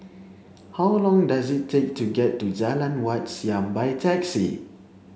how long does it take to get to Jalan Wat Siam by taxi